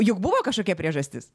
juk buvo kažkokia priežastis